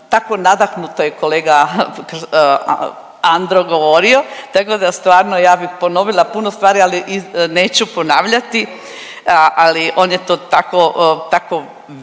tako nadahnuto je kolega Andro govorio, tako da stvarno ja bih ponovila puno stvari, ali neću ponavljati. Ali on je to tako,